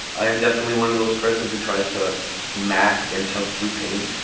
i am definitely one of those person who tries to mask and tough through pain.